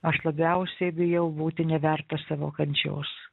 aš labiausiai bijau būti nevertas savo kančios